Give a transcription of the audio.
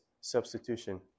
substitution